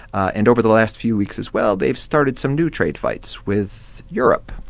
and over the last few weeks as well, they've started some new trade fights with europe,